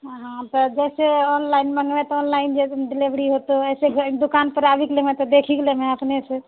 हँ जैसे ऑनलाइन मङ्गेबए तऽ ऑनलाइन डिलिवरी होतए वैसे दोकान पर आबिके लेमहे तऽ देखिके लेमे हँ अपनेसँ